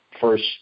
first